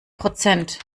prozent